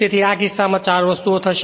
તેથી આ કિસ્સામાં 4 વસ્તુઓ થશે